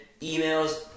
Emails